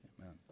Amen